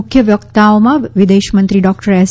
મુખ્ય વક્તાઓમાં વિદેશમંત્રી ડોક્ટર એસ